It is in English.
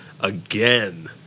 again